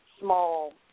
small